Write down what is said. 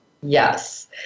Yes